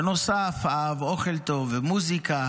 בנוסף, הוא אהב אוכל טוב ומוזיקה.